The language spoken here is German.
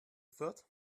fürth